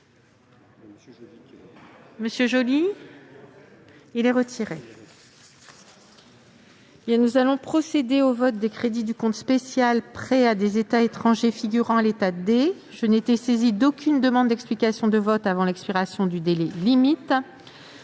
n° II-488 est retiré. Nous allons procéder au vote des crédits du compte de concours financiers « Prêts à des États étrangers », figurant à l'état D. Je n'ai été saisie d'aucune demande d'explication de vote avant l'expiration du délai limite.